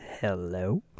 hello